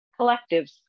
Collectives